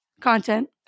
content